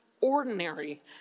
ordinary